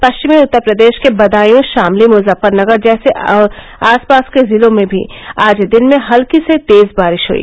पश्चिमी उत्तर प्रदेश के बदायू ामली मुजफ्फरनगर और आस पास के जिलों में भी आज दिन में हल्की से तेज बारिश हुई